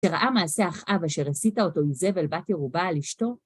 כשראה מעשה אחאב אשר הסיתה אותו איזבל בת אתבעל אשתו